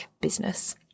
business